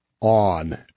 on